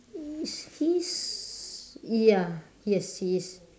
is his ya yes he is